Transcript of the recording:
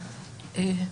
אבי?